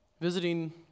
visiting